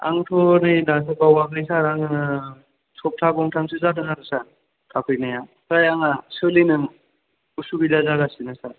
आंथ' नै दाथ' बावआखै सार आङो सप्ता गंथामसो जादों आरो सार थाफैनाया ओमफ्राय आङो सोलिनो उसुबिदा जागासिनो सार